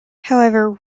however